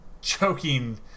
choking